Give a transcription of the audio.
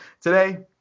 today